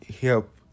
help